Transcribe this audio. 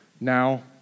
now